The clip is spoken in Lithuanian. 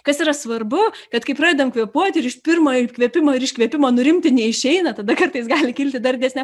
kas yra svarbu kad kai pradedam kvėpuoti ir iš pirmo įkvėpimo ir iškvėpimo nurimti neišeina tada kartais gali kilti dar didesnė